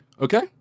Okay